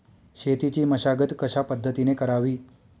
शेतीची मशागत कशापद्धतीने करावी?